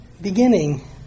beginning